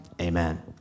amen